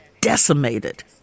decimated